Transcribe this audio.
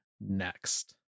next